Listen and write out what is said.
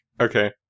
Okay